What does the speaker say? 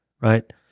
Right